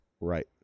Right